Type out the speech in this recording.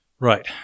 Right